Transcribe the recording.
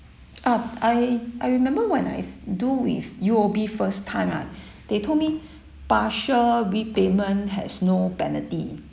ah I I remember when I do with U_O_B first time lah what they told me partial repayment has no penalty